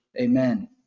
amen